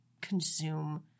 consume